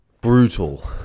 brutal